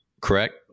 correct